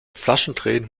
flaschendrehen